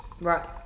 right